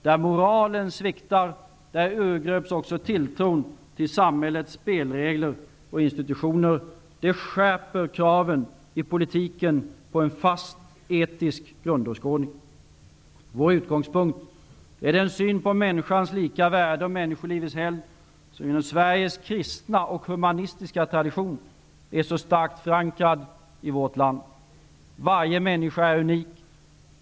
Där moralen sviktar, urgröps också tilltron till samhällets spelregler och institutioner. Nu skärps kraven i politiken på en fast etisk grundåskådning. Regeringens utgångspunkt är den syn på människors lika värde och människolivets helgd som genom Sveriges kristna och humanistiska tradition är så starkt förankrad i vårt land. Varje människa är unik.